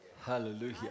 Hallelujah